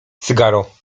cygaro